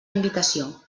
invitació